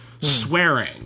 swearing